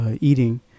eating